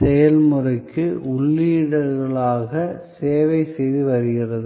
செயல்முறைக்கு உள்ளீடுகளாக சேவை செய்து வருகிறது